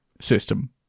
system